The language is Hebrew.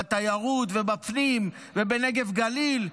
במשרד התיירות ובמשרד הפנים ובמשרד הנגב והגליל,